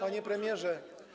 Panie Premierze!